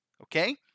okay